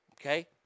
Okay